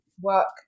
work